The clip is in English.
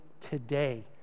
today